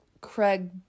Craig